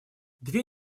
две